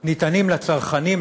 ניתנים לצרכנים,